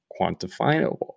quantifiable